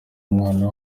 umwanya